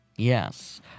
Yes